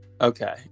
Okay